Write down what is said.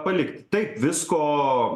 palikti taip visko